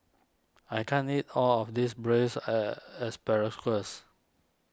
I can't eat all of this Braised a Asparagus